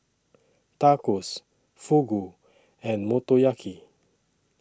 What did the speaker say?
Tacos Fugu and Motoyaki